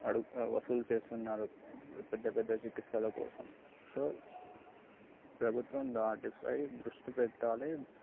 అడుగు వసూలలు చేస్తున్నారు పెద్ద పెద్ద చికిత్సల కోసం సో ప్రభుత్వం దాటిపై దృష్టి పెట్టాలి